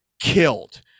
killed